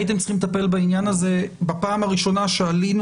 הייתם צריכים לטפל בעניין הזה בפעם הראשונה שעלינו